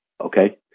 okay